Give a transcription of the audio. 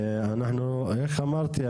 אנחנו, איך אמרתי?